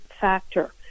factor